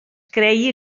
creia